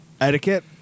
etiquette